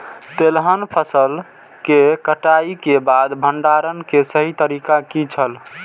तेलहन फसल के कटाई के बाद भंडारण के सही तरीका की छल?